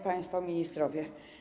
Państwo Ministrowie!